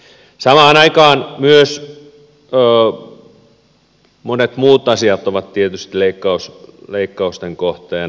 samaan aikaan myös monet muut asiat ovat tietysti leikkausten kohteena